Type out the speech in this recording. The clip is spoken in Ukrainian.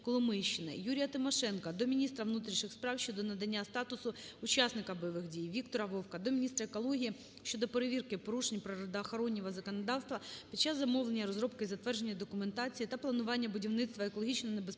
ЮріяТимошенка до міністра внутрішніх справ щодо надання статусу учасника бойових дій. Віктора Вовка до міністра екології щодо перевірки порушень природоохоронного законодавства під час замовлення, розробки і затвердження документації та планування будівництва екологічно небезпечного